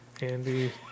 Andy